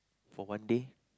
for one day